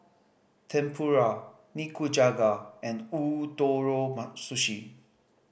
Tempura Nikujaga and Ootoro Sushi